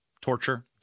torture